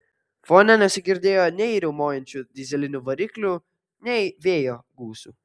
fone nesigirdėjo nei riaumojančių dyzelinių variklių nei vėjo gūsių